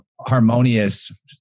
harmonious